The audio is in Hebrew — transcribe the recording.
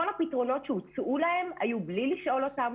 כל הפתרונות שהוצעו להם היו בלי לשאול אותם,